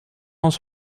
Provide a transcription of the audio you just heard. ons